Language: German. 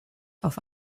auf